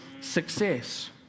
success